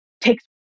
takes